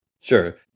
Sure